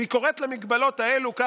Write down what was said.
והיא קוראת למגבלות האלו חוק-יסוד,